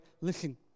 Listen